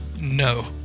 No